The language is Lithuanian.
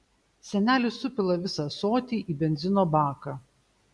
senelis supila visą ąsotį į benzino baką